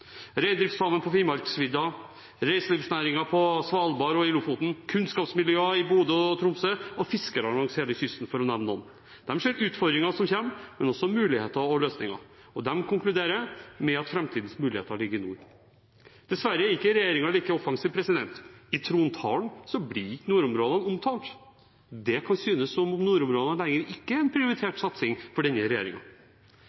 reindriftssamen på Finnmarksvidda, reiselivsnæringen på Svalbard og i Lofoten, kunnskapsmiljøene i Bodø og Tromsø og fiskerne langs hele kysten, for å nevne noen. De ser utfordringer som kommer, men også muligheter og løsninger. De konkluderer med at framtidens muligheter ligger i nord. Dessverre er ikke regjeringen like offensiv. I trontalen blir ikke nordområdene omtalt. Det kan synes som om nordområdene ikke er en